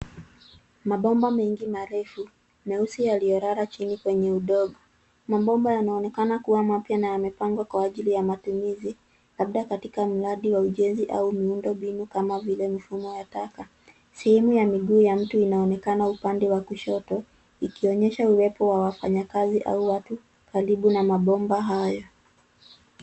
Mabomba mengi marefu, meusi yaliyolala chini kwenye udongo. Mabomba yanaonekana kuwa mapya na yamepangwa kwa ajili ya matumizi, labda katika mradi wa ujenzi au miundombinu kama vile mifumo ya taka. Sehemu ya miguu ya mtu inaonekana upande wa kushoto, ikionyesha uwepo wa wafanyikazi au watu karibu na mabomba hayo.